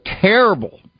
terrible